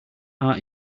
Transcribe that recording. are